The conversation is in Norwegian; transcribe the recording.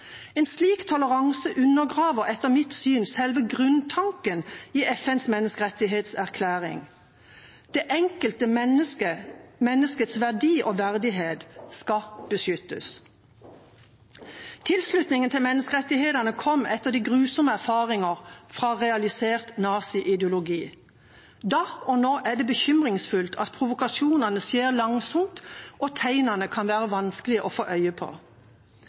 En slik toleranse undergraver etter mitt syn selve grunntanken i FNs menneskerettighetserklæring. Det enkelte mennesket og menneskets verdi og verdighet skal beskyttes. Tilslutningen til menneskerettighetene kom etter de grusomme erfaringene fra realisert naziideologi. Da og nå er det bekymringsfullt at provokasjonene skjer langsomt, og tegnene kan være vanskelige å få øye på.